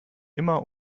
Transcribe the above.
immer